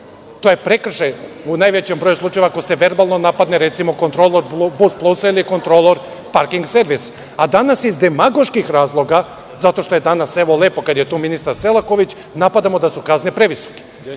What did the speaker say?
To je prekršaj u najvećem broju slučajeva, ako se verbalno napadne kontrolor BusPlus-a ili kontrolor Parking servisa. Danas, iz demagoških razloga, zato što je danas lepo kad je tu ministar Selaković, napadamo da su kazne previsoke.